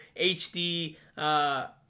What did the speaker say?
HD